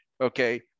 okay